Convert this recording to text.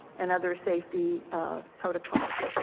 and other safety protocols,